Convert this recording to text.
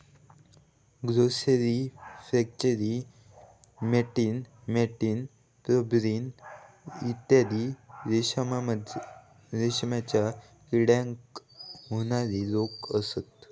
grasserie flacherie मॅटिन मॅटिन pebrine इत्यादी रेशीमच्या किड्याक होणारे रोग असत